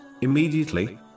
immediately